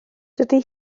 dydy